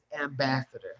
Ambassador